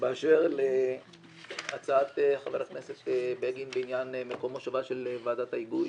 באשר להצעת חבר הכנסת בגין בעניין מקום מושבה של ועדת ההיגוי.